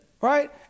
Right